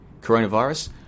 coronavirus